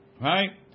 Right